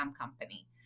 company